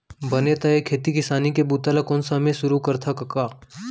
बने त ए खेती किसानी के बूता ल कोन समे सुरू करथा कका?